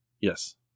Yes